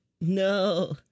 no